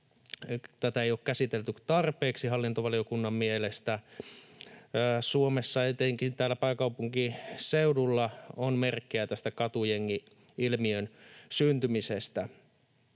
tätä ei ole käsitelty tarpeeksi hallintovaliokunnan mielestä. Suomessa, etenkin täällä pääkaupunkiseudulla, on merkkejä tästä katujengi-ilmiön syntymisestä.